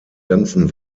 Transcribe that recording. ganzen